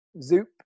Zoop